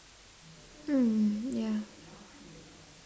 mm ya